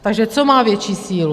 Takže co má větší sílu?